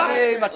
אותם